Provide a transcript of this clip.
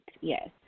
yes